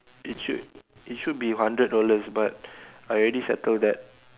it should it should be hundred dollars but I already settle that